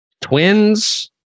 twins